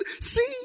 See